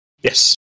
Yes